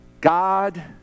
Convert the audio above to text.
God